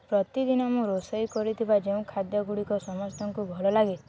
ପ୍ରତିଦିନ ମୁଁ ରୋଷେଇ କରିଥିବା ଯେଉଁ ଖାଦ୍ୟ ଗୁଡ଼ିକ ସମସ୍ତଙ୍କୁ ଭଲଲାଗେ